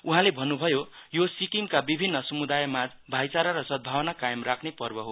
उहाँले भन्नुभयो यो सिक्किमका विभिन्न समुदायमाझ भाईचारा र सदभावना कायम राख्ने पर्व हो